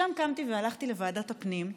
משם קמתי והלכתי לוועדת הפנים,